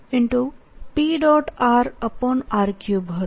rr3 હતો